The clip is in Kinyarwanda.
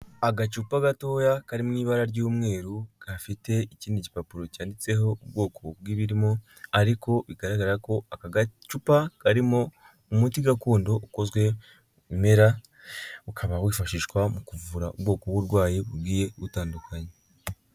Agacupa gatoya kari mu ibara ry'umweru gafite ikindi gipapuro cyanditseho ubwoko bw'ibirimo, ariko bigaragara ko aka gacupa karimo umuti gakondo ukozwe mu bimera, ukaba wifashishwa mu kuvura ubwoko bw'uburwayi bugiye butandukanye.